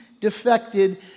defected